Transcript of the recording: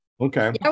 okay